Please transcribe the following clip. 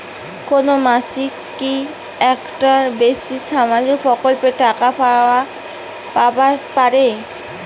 কোনো মানসি কি একটার বেশি সামাজিক প্রকল্পের টাকা পাবার পারে?